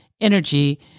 energy